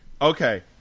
Okay